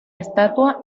estatua